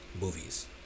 movies